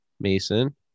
mason